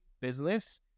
business